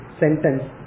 sentence